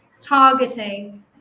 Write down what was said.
targeting